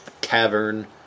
cavern